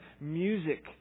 music